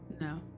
No